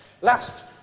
last